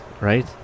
right